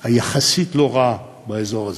לא רעה יחסית לאזור הזה.